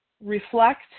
reflect